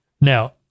Now